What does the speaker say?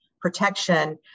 protection